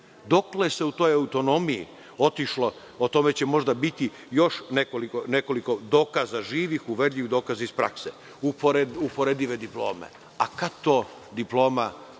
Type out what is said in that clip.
se u toj autonomiji otišlo? O tome će možda biti još nekoliko dokaza živih, ubedljivih dokaza iz prakse. Uporedive diplome. A kad to diploma